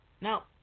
Now